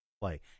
play